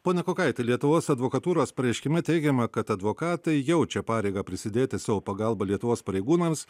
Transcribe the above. pone kukaiti lietuvos advokatūros pareiškime teigiama kad advokatai jaučia pareigą prisidėti savo pagalba lietuvos pareigūnams